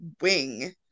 wing